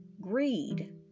greed